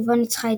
ובו ניצחה איטליה.